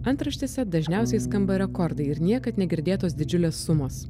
antraštėse dažniausiai skamba rekordai ir niekad negirdėtos didžiulės sumos